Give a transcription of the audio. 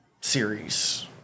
series